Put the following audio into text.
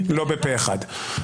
בפה אחד.